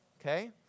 Okay